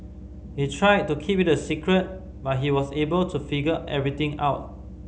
they tried to keep it a secret but he was able to figure everything out